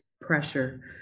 pressure